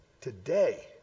today